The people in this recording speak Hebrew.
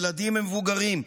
ילדים ומבוגרים,